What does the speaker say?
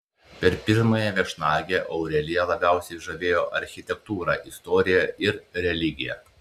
per pirmąją viešnagę aureliją labiausiai žavėjo architektūra istorija ir religija